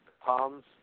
palms